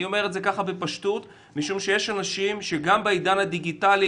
אני אומר את זה ככה בפשטות משום שיש אנשים שגם בעידן הדיגיטלי,